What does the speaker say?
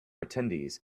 attendees